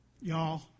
y'all